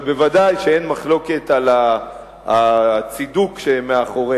אבל, בוודאי שאין מחלוקת על הצידוק שמאחוריהן,